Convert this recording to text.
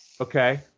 Okay